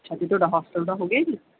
ਅੱਛਾ ਅਤੇ ਤੁਹਾਡੇ ਹੋਸਟਲ ਦਾ ਹੋ ਗਿਆ ਜੀ